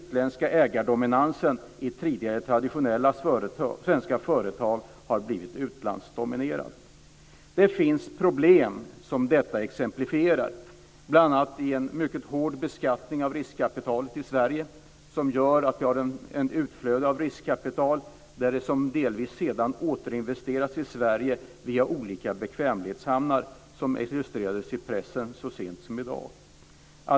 Tidigare traditionella svenska företag har blivit utlandsdominerade. Detta är exempel på att det finns problem, bl.a. en mycket hård beskattning av riskkapitalet i Sverige, som gör att vi har ett utflöde av riskkapital som delvis sedan återinvesteras i Sverige via olika bekvämlighetshamnar. Det illustrerades i pressen så sent som i dag.